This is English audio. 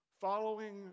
following